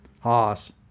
Hoss